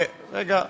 אבל